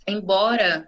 Embora